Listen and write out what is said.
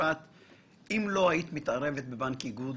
אין הכרזה שעומדת בפני עצמה,